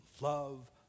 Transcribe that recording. Love